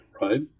right